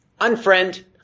unfriend